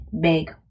big